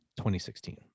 2016